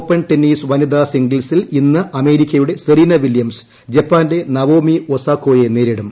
open tennis വനിതാ സിംഗിൾസിൽ ഇന്ന് അമേരിക്കയുടെ സെറീന വില്യംസ് ജപ്പാന്റെ നവോമി ഒസാക്കോയെ നേരിടും